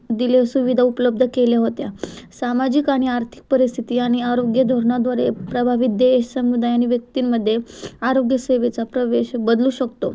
दिल्या सुविधा उपलब्ध केल्या होत्या सामाजिक आणि आर्थिक परिस्थिती आणि आरोग्य धोरणाद्वारे प्रभावित देश समुदाय आणि व्यक्तींमध्ये आरोग्यसेवेचा प्रवेश बदलू शकतो